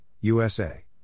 USA